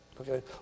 Okay